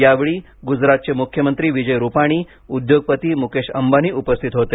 यावेळी गुजरातचे मुख्यमंत्री विजय रूपाणी उद्योगपती मुकेश अंबानी उपस्थित होते